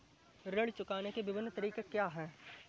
ऋण चुकाने के विभिन्न तरीके क्या हैं?